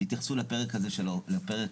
תתייחסו לפרק של העובדים,